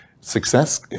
success